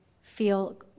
feel